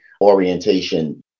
orientation